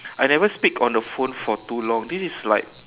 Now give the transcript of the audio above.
I never speak on the phone for too long this is like